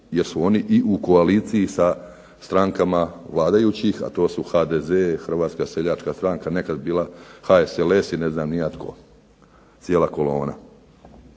jesu oni u koaliciji sa strankama vladajućih, a to su HDZ, HSS, nekad bila HSLS i ne znam ni ja tko, cijela kolona.